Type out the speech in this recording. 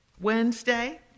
Wednesday